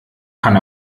kann